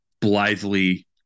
blithely